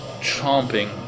chomping